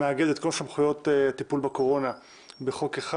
שמאגדת את כל סמכויות טיפול בקורונה בחוק אחד.